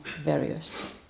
various